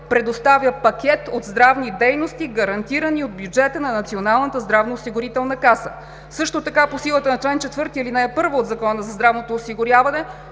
предоставя пакет от здравни дейности, гарантирани от бюджета на Националната здравноосигурителна каса. Също така по силата на чл. 4, ал. 1 от Закона за здравното осигуряване,